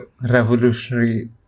revolutionary